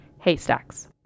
haystacks